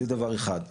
זה דבר אחד.